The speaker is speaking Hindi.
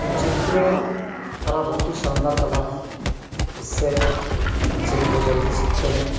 वो चित्रकला बहुत ही शानदार कला है इससे बच्चे भी बहुत जल्दी सीखते हैं